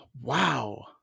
wow